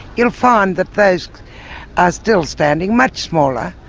you'll find that those are still standing, much smaller,